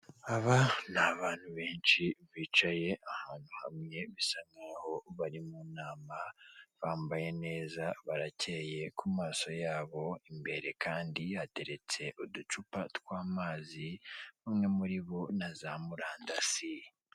Aba ni abantu benshi bicaye ahantu hamwe bisa nkaho bari mu nama, bambaye neza barakeye ku maso yabo, imbere kandi ateretse uducupa tw'amazi, umwe muri bo na za murandasi.